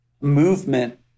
movement